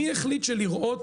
מי החליט שלראות,